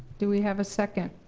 do we have a second?